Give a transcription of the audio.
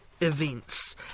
events